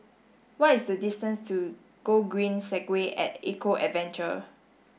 what is the distance to Gogreen Segway at Eco Adventure